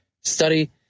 study